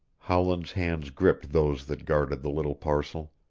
howland's hands gripped those that guarded the little parcel.